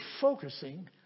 focusing